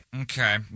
Okay